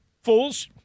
fools